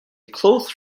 close